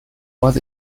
was